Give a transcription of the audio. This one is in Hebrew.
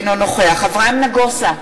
אינו נוכח אברהם נגוסה,